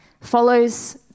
follows